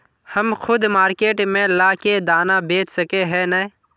हम खुद मार्केट में ला के दाना बेच सके है नय?